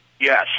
Yes